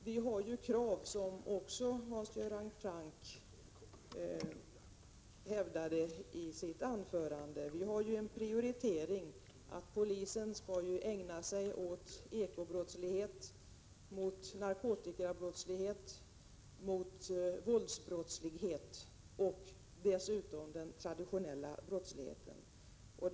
Vi har ju, som också Hans Göran Franck hävdade i sitt anförande, en prioritering, som innebär att polisen skall ägna sig åt att bekämpa ekobrottslighet, narkotikabrottslighet, våldsbrottslighet och dessutom den traditionella brottsligheten.